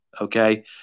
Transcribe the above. okay